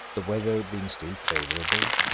the weather being still favourable,